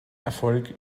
erfolg